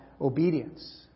obedience